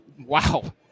Wow